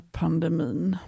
pandemin